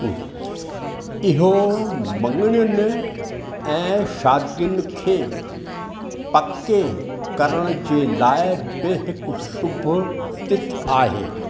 इहो मङणियुनि ऐं शादियुनि खे पक करण जे लाइ बि हिकु शुभ तिथि आहे